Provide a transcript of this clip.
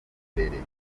mbere